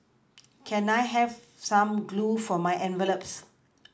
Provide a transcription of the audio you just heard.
can I have some glue for my envelopes